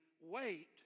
wait